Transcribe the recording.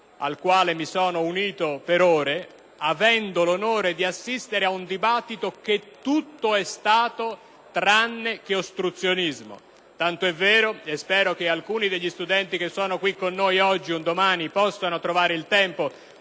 al quale mi sono unito per ore, avendo l'onore di assistere ad un dibattito che tutto è stato tranne che ostruzionismo. Spero che alcuni degli studenti oggi qui con noi un domani possano trovare il tempo